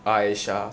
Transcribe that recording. عائشہ